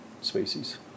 species